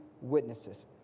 witnesses